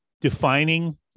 defining